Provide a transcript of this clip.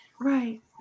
right